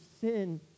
sin